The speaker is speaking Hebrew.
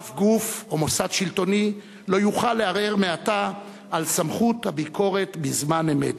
אף גוף או מוסד שלטוני לא יוכל לערער מעתה על סמכות הביקורת בזמן אמת.